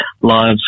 lives